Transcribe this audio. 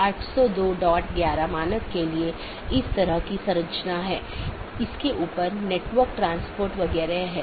यदि स्रोत या गंतव्य में रहता है तो उस विशेष BGP सत्र के लिए ट्रैफ़िक को हम एक स्थानीय ट्रैफ़िक कहते हैं